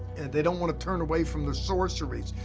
and they don't wanna turn away from the sorceries,